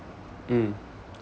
mm